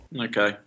Okay